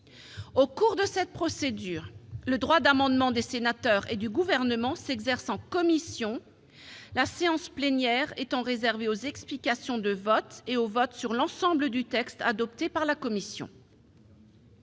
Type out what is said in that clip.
Au cours de cette procédure, le droit d'amendement des sénateurs et du Gouvernement s'exerce en commission, la séance plénière étant réservée aux explications de vote et au vote sur l'ensemble du texte adopté par la commission.